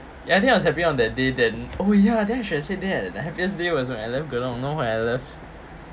ya I think I was happy on that day then oh ya then I should have said that the happiest day was when I left do not know why I left